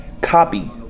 copy